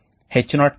H0 తెలుసు